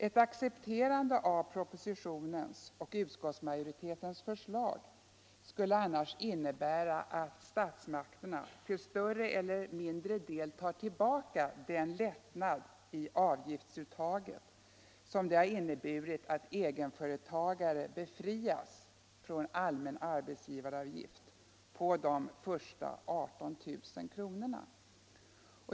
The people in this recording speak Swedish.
Ett accepterande av propositionens och utskottsmajoritetens förslag skulle annars innebära att statsmakterna till större eller mindre del tar tillbaka den lättnad i avgiftsuttaget som det har inneburit att egenföretagare befrias från arbetsgivaravgift på de första 18 000 kronorna.